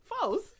false